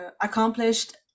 accomplished